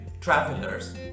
travelers